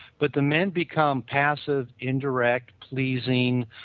but the men become passive, indirect, pleasing,